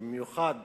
ובמיוחד